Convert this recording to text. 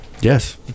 Yes